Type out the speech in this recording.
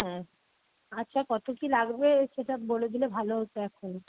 হ্যাঁ আচ্ছা কত কি লাগবে সেটা বলে দিলে ভালো হত এখনই